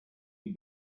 you